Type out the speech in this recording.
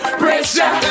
pressure